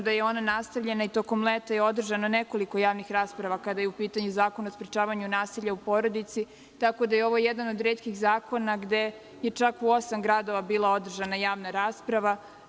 Ona je nastavljena tokom leta i održano je nekoliko javnih rasprava kada je u pitanju Zakon o sprečavanju nasilja u porodici, tako da je ovo jedan od retkih zakona gde je čak u osam gradova bila održana javna rasprava.